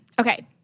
Okay